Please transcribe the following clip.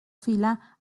fila